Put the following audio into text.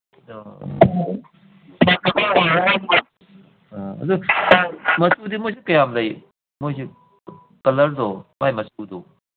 ꯑꯥ ꯑꯗꯨ ꯃꯆꯨꯗꯤ ꯃꯣꯏꯁꯤ ꯀꯌꯥꯝ ꯂꯩ ꯃꯣꯏꯁꯤ ꯀꯂꯔꯗꯣ ꯃꯥꯏ ꯃꯆꯨꯗꯣ